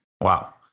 Wow